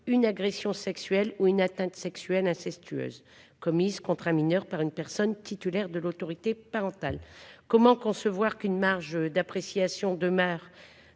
une agression sexuelle incestueuse ou une atteinte sexuelle incestueuse commis contre un mineur par une personne titulaire de l'autorité parentale sur celui-ci. Comment concevoir qu'une marge d'appréciation demeure